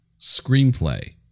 screenplay